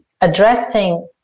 Addressing